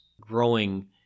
growing